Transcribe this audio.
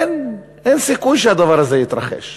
אין סיכוי שהדבר הזה יתרחש.